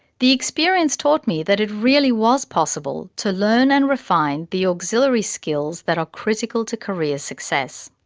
the experience taught me that it really was possible to learn and refine the auxiliary skills that are critical to career success.